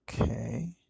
okay